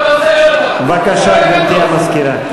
בבקשה, גברתי המזכירה.